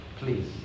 please